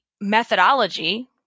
methodology